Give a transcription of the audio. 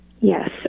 Yes